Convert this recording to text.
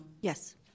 Yes